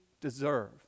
deserve